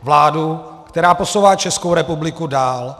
Vládu, která posouvá Českou republiku dál.